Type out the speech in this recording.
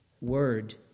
word